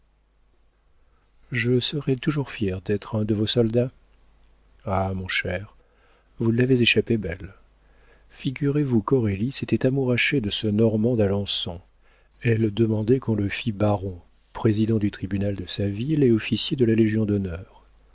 je serai toujours fier d'être un de vos soldats ah mon cher vous l'avez échappé belle figurez-vous qu'aurélie s'était amourachée de ce normand d'alençon elle demandait qu'on le fît baron président du tribunal de sa ville et officier de la légion-d'honneur